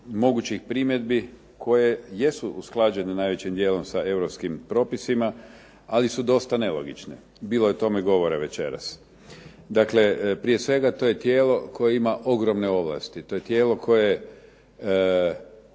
mogućih primjedbi koje jesu usklađene najvećim dijelom sa europskim propisima, ali su dosta nelogične. Bilo je o tome govora večeras. Dakle, prije svega to je tijelo koje ima ogromne ovlasti, to je tijelo koje